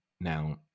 Now